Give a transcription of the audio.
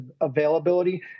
availability